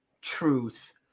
truth